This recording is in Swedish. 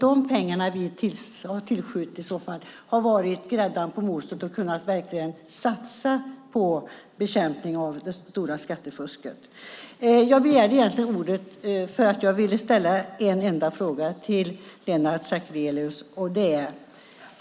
De pengar som har skjutits till har varit grädden på moset för att kunna satsa på bekämpning av det stora skattefusket. Jag begärde ordet för att jag ville ställa en fråga till Lennart Sacrédeus.